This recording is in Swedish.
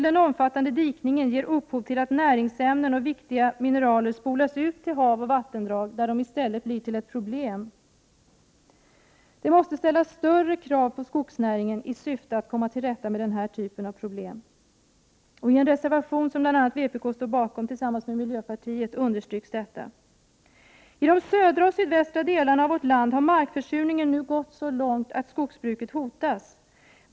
Den omfattande dikningen t.ex. ger upphov till att näringsämnen och viktiga mineraler spolas ut i hav och vattendrag där de blir till problem. Det måste ställas större krav på skogsnäringen i syfte att komma till rätta med den här sortens problem. I en reservation som vpk och miljöpartiet står bakom understryks detta. I de södra och sydvästra delarna av vårt land har markförsurningen nu gått så långt att skogsbruket hotas.